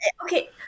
okay